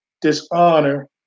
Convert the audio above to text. dishonor